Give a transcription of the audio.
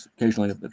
occasionally